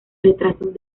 retrasos